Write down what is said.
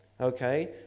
okay